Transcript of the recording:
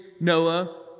Noah